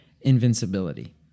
invincibility